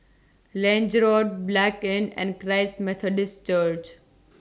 Lange Road Blanc Inn and Christ Methodist Church